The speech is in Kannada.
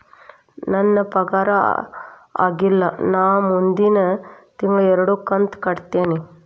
ನನ್ನ ಪಗಾರ ಆಗಿಲ್ಲ ನಾ ಮುಂದಿನ ತಿಂಗಳ ಎರಡು ಕಂತ್ ಕಟ್ಟತೇನಿ